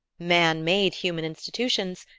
man made human institutions,